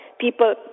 People